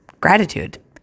gratitude